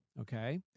okay